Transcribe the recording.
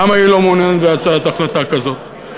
למה היא לא מעוניינת בהצעת החלטה כזאת,